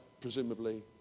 presumably